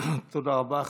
תודה רבה.